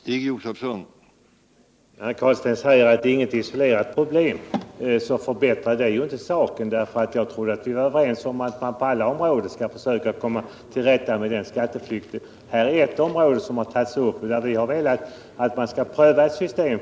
Herr talman! Herr Carlstein säger att det är inget isolerat problem, men det förbättrar ju inte saken. Jag trodde att vi var överens om att man på alla områden skall försöka komma till rätta med skatteflykten. Här är ett område som har tagits upp, och vi har velat att man skall pröva ett system.